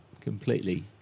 Completely